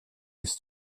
ist